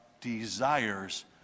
desires